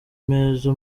neza